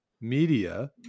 media